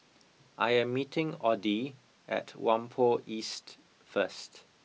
I am meeting Oddie at Whampoa East first